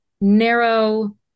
narrow